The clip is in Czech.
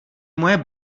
moje